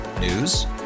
News